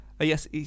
yes